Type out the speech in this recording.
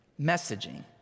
messaging